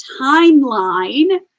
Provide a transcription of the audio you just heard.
timeline